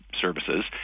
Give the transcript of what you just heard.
services